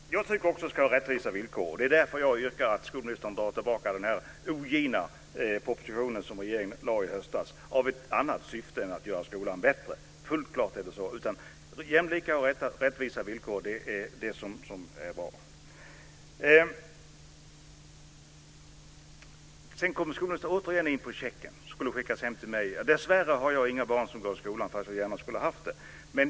Fru talman! Jag tycker också att vi ska ha rättvisa villkor. Det är därför jag yrkar på att skolministern drar tillbaka den ogina proposition som regeringen lade fram i höstas med ett annat syfte än att göra skolan bättre. Helt klart är det så. Jämlika och rättvisa villkor är bra. Skolministern kom återigen in på checken som skulle skickas hem till mig. Dessvärre har jag inga barn som går i skolan, men jag skulle gärna vilja ha det.